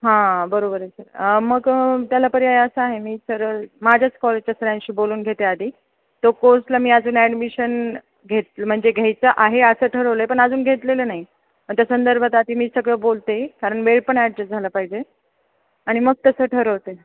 हां बरोबर आहे सर मग त्याला पर्याय असा आहे मी सर माझ्याच कॉलेजच्या सरांशी बोलून घेते आधी तो कोर्सला मी अजून ॲडमिशन घेतलं म्हणजे घ्यायचं आहे असं ठरवलं आहे पण अजून घेतलेलं नाही आणि त्या संदर्भात आधी मी सगळं बोलते कारण वेळ पण ॲडजस्ट झाला पाहिजे आणि मग तसं ठरवते